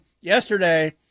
yesterday